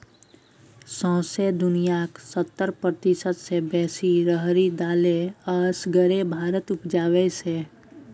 सौंसे दुनियाँक सत्तर प्रतिशत सँ बेसी राहरि दालि असगरे भारत उपजाबै छै